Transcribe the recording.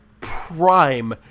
prime